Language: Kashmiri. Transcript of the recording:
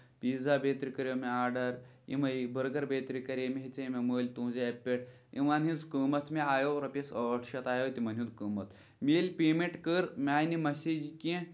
پیٖزا پیترِ کَریٚو مےٚ آرڈر یِمے بٔرگر کرے مےٚ ہٮ۪ژے مےٚ مٔلۍ تُہنزِ ایٚپہِ پٮ۪ٹھ یِمن ہٕنز کۭمَت مےٚ آیو رۄپیس ٲٹھ شیٚتھ آیو تِمن ہُند کۭمَت مےٚ ییٚلہِ مے مینٹ کٔر مےٚ آیہِ نہٕ میسیج کیٚنہہ